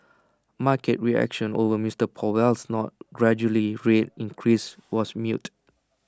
market reaction over Mister Powell's nod gradually rate increases was muted